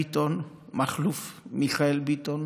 מכלוף מיכאל ביטון,